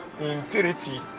impurity